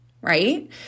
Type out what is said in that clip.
right